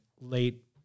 late